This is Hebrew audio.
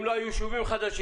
אם לא היו ישובים חדשים,